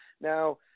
Now